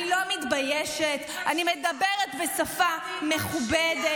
אין גבול לשקרים של המפלגה הזאת.